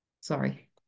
sorry